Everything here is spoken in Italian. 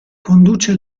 conduce